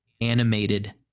animated